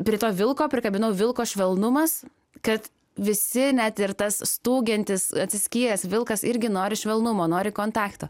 prie to vilko prikabinau vilko švelnumas kad visi net ir tas stūgiantis atsiskyręs vilkas irgi nori švelnumo nori kontakto